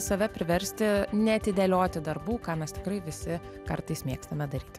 save priversti neatidėlioti darbų ką mes tikrai visi kartais mėgstame daryti